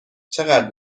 چقدر